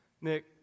Nick